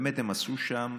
באמת, הם עשו שם,